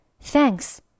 Thanks